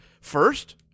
First